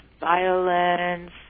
violence